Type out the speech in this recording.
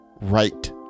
right